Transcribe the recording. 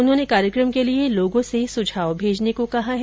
उन्होंने कार्यक्रम के लिए लोगों से सुझाव भेजने को कहा है